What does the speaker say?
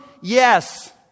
Yes